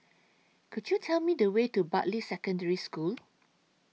Could YOU Tell Me The Way to Bartley Secondary School